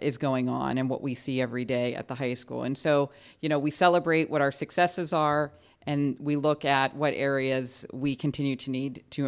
is going on and what we see every day at the high school and so you know we celebrate what our successes are and we look at what areas we continue to